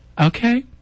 Okay